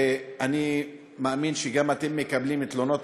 ואני מאמין שגם אתם מקבלים תלונות,